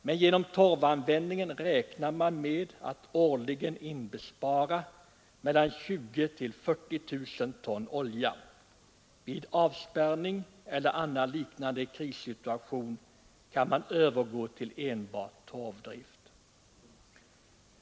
Men genom torvanvändningen räknar man med att årligen inbespara mellan 20 000 och 40 000 ton olja. Vid avspärrning eller annan liknande krissituation kan man övergå till enbart torvdrift.